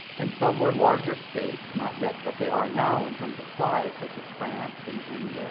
and some were larger states not yet what they are now in terms of size, such as france, and and